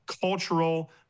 cultural